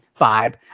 vibe